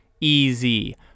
Easy